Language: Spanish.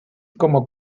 como